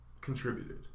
contributed